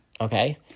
Okay